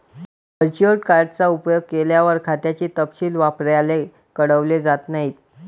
virtual card चा उपयोग केल्यावर, खात्याचे तपशील व्यापाऱ्याला कळवले जात नाहीत